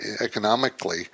economically